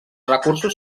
recursos